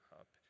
up